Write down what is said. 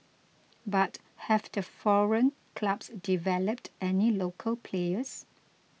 but have the foreign clubs developed any local players